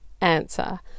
answer